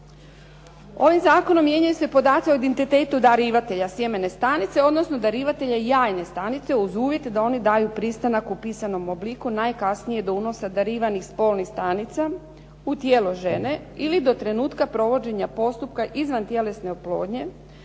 Ovim zakonom mijenjaju se podaci o identitetu darivatelja sjemene stanice, odnosno darivatelja jajne stanice uz uvjet da oni daju pristanak u pisanom obliku najkasnije do unosa darivanih spolnih stanica u tijelo žene ili do trenutka provođenja postupka izvantjelesne oplodnje.